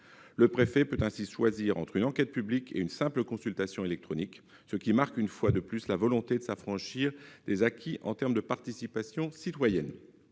Le préfet peut ainsi choisir entre une enquête publique et une simple consultation électronique, ce qui marque, une fois de plus, la volonté de s'affranchir des acquis en termes de participation citoyenne,